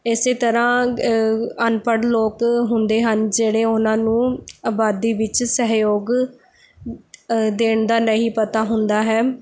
ਇਸ ਤਰ੍ਹਾਂ ਅਨਪੜ੍ਹ ਲੋਕ ਹੁੰਦੇ ਹਨ ਜਿਹੜੇ ਉਹਨਾਂ ਨੂੰ ਆਬਾਦੀ ਵਿੱਚ ਸਹਿਯੋਗ ਦੇਣ ਦਾ ਨਹੀਂ ਪਤਾ ਹੁੰਦਾ ਹੈ